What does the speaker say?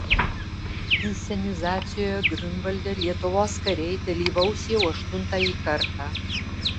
inscenizacijoje griunvalde lietuvos kariai dalyvaus jau aštuntąjį kartą